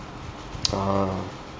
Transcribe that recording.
ah